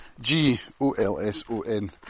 G-O-L-S-O-N